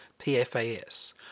PFAS